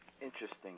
interesting